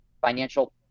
financial